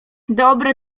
dobre